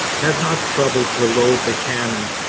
had not troubled to load the cannon.